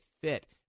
Fit